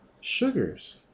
sugars